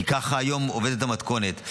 כי ככה היום עובדת המתכונת.